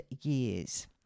years